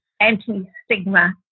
anti-stigma